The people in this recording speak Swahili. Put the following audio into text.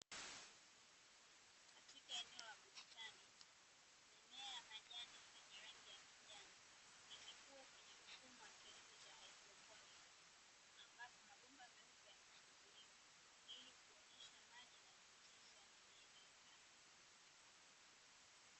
Katika eneo la bustani mimea ya majani, yenye rangi ya kijani ikikua kwenye mfumo wa kilimo cha kihaidroponiki ambapo mabomba meupo yanafunguliwa ili kuonesha maji na mizizi ya mimea hiyo.